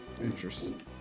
Interesting